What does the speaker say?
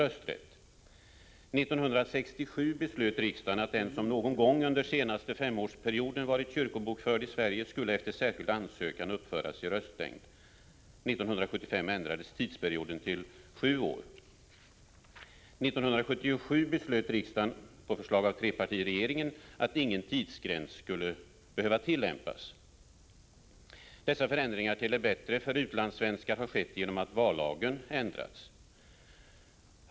1967 beslöt riksdagen att den som någon gång under den senaste femårsperioden varit kyrkobokförd i Sverige skulle efter särskild ansökan uppföras i röstlängd. 1975 ändrades tidsperioden till sju år. 1977 beslöt riksdagen, på förslag av trepartiregeringen, att ingen tidsgräns skulle behöva tillämpas. Dessa förändringar till det bättre för utlandssvenskar har skett genom att vallagen ändrats.